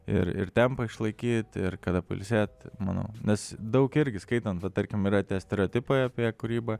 ir ir tempą išlaikyt ir kada pailsėt manau nes daug irgi skaitant tarkim yra tie stereotipai apie kūrybą